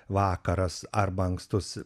vakaras arba ankstus